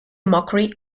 mockery